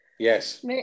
Yes